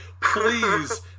please